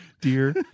Dear